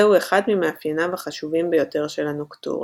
זהו אחד ממאפינייו החשובים ביותר של הנוקטורן.